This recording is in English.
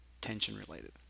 tension-related